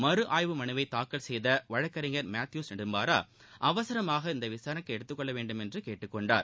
மறு ஆய்வு மனுவை தாக்கல் செய்த வழக்கறிஞர் மேத்யூஸ் நெடும்பரா அவசரமாக இதனை விசாரணைக்கு ஏற்க வேண்டுமென்று கேட்டுக்கொண்டார்